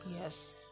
Yes